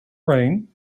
rain